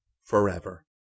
forever